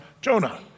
Jonah